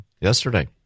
yesterday